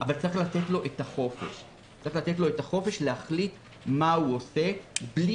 אבל צריך לתת לו את החופש להחליט מה הוא עושה מבלי,